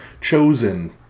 chosen